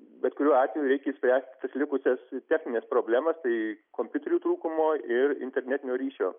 bet kuriuo atveju reikia išspręsti tas likusias technines problemas tai kompiuterių trūkumo ir internetinio ryšio